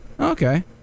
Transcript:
Okay